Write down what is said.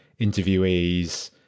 interviewees